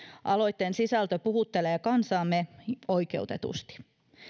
aloitteen sisältö puhuttelee kansaamme oikeutetusti